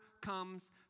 comes